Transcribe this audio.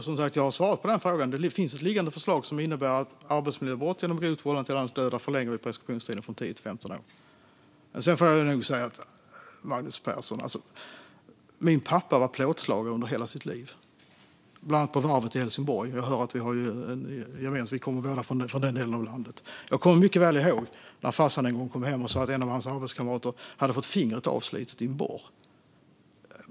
Fru talman! Jag har svarat på den frågan. Det finns ett liggande förslag som innebär att för arbetsmiljöbrott genom grovt vållande till annans död förlänger vi preskriptionstiden från 10 till 15 år. Sedan får jag säga till Magnus Persson att min pappa var plåtslagare under hela sitt liv, bland annat på varvet i Helsingborg. Jag hör att vi båda kommer från den delen av landet. Jag kommer mycket väl ihåg när farsan en gång kom hem och sa att en av hans arbetskamrater hade fått fingret avslitet i en borr.